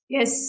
Yes